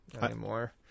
anymore